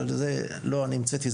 אבל זה לא אני המצאתי,